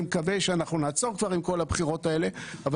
אני מקווה שאנחנו נעצור עם כל הבחירות האלה אבל